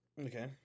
Okay